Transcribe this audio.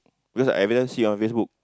because I everytime see on Facebook